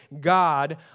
God